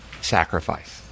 sacrifice